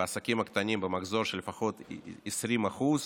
במחזור של העסקים הקטנים של 20% לפחות.